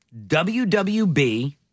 WWB